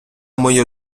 мою